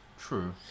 True